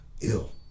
Ill